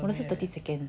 我的 thirty second